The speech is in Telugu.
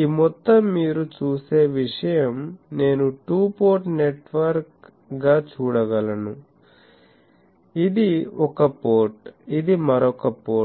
ఈ మొత్తం మీరు చూసే విషయం నేను టు పోర్ట్ నెట్వర్క్ గా చూడగలను ఇది ఒక పోర్ట్ ఇది మరొక పోర్ట్